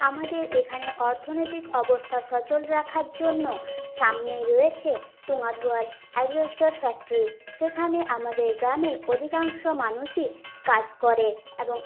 আমাদের এখানে অর্থনৈতিক অবস্থা সচল রাখার জন্য সামনেই রয়েছে টোঙাধুয়ার অ্যাসবেস্টশ ফ্যাক্টরি সেখানে আমাদের গ্রামের অধিকাংশ মানুষই কাজ করে এবং